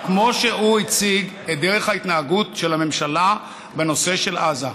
כמו שהוא הציג את דרך ההתנהגות של הממשלה בנושא של עזה.